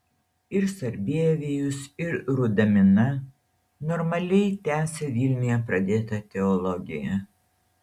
ir sarbievijus ir rudamina normaliai tęsė vilniuje pradėtą teologiją